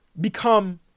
become